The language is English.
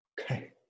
Okay